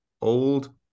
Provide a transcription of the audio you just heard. old